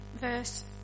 verse